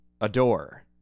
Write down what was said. adore